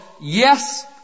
yes